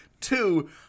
Two